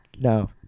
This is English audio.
No